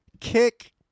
kick